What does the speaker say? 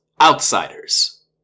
Outsiders